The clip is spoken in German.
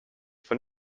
von